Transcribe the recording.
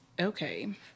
Okay